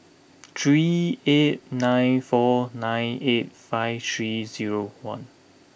three eight nine four nine eight five three zero one